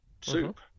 soup